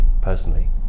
personally